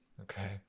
Okay